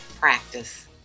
practice